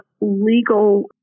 legal